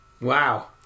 Wow